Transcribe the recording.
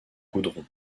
goudron